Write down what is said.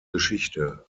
geschichte